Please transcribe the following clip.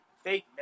fake